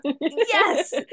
yes